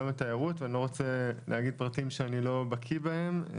התיירות ואני לא רוצה להגיד פרטים שאני לא בקיא בהם.